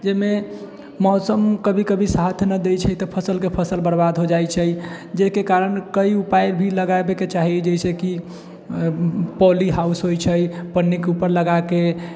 जाहिमे मौसम कभी कभी साथ न दै छै तऽ फसलके फसल बर्बाद हो जाइ छै जाहिके कारण कइ उपाय भी लगाबैके चाही जैसे कि पॉली हाउस होइ छै पन्नीके ऊपर लगाके